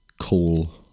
Coal